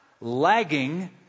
lagging